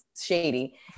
shady